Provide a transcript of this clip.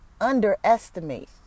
underestimate